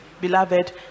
Beloved